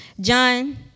john